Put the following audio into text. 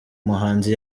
muhanzi